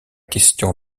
question